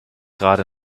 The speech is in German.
gerade